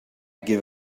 give